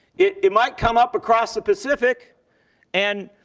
it it might come up across the pacific and,